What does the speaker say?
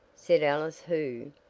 said alice who,